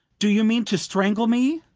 do you mean to strangle me?